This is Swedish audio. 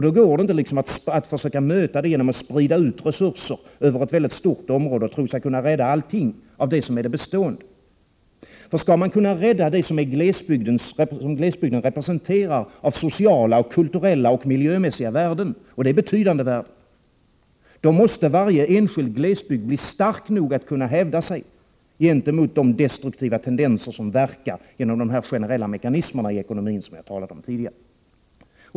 Då går det inte att möta detta problem genom att försöka sprida ut resurser över ett stort område och tro sig kunna rädda allting av det som är det bestående. Skall man kunna rädda det som glesbygden representerar av sociala, kulturella och miljömässiga värden, och det är betydande värden, måste varje enskild glesbygd bli stark nog att kunna hävda sig gentemot de destruktiva tendenser som verkar genom de generella mekanismerna i ekonomin, som jag talade om tidigare.